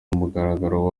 mugaragaro